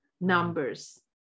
numbers